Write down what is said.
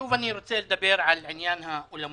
שוב אני רוצה לדבר על עניין האולמות.